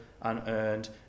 unearned